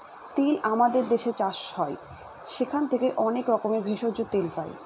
তিল আমাদের দেশে চাষ হয় সেখান থেকে অনেক রকমের ভেষজ, তেল পাই